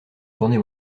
tournée